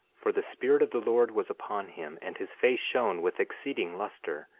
for the spirit of the lord was upon him and his face shone with exceeding luster,